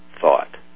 thought